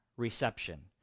reception